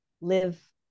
live